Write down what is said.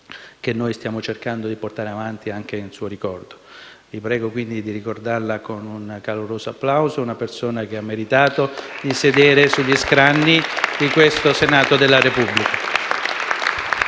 che noi stiamo cercando di portare avanti anche in suo ricordo. Vi prego quindi di ricordarla con un caloroso applauso: è una persona che ha meritato di sedere sugli scranni di questo Senato della Repubblica.